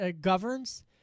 governs